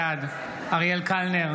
בעד אריאל קלנר,